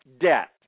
debt